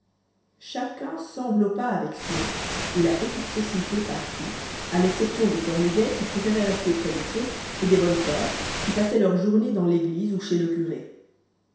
chacun s'enveloppa avec soin et la petite société partit à l'exception de cornudet qui préférait rester près du feu et des bonnes soeurs qui passaient leurs journées dans l'église ou chez le curé